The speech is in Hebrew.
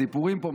סיפורים פה,